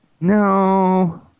No